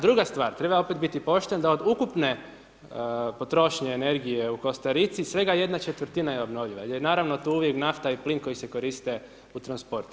Druga stvar, treba opet biti pošten, da od ukupne potrošnje energije u Kostarici, svega ¼ je obnovljiva, jer je naravno tu uvijek nafta i plin koji se koriste u transportu.